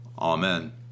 Amen